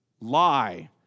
Lie